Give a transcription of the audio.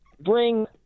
bring